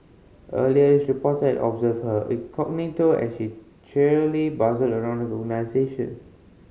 earlier this reporter observed her incognito as she cheerily bustled around the organisation